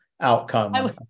outcome